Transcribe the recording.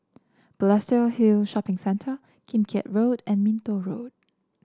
Balestier Hill Shopping Centre Kim Keat Road and Minto Road